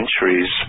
centuries